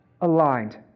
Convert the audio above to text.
aligned